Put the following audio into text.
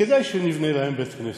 כדאי שנבנה להם בית-כנסת.